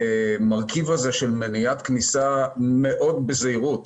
מאוד בזהירות.